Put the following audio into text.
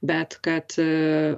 bet kad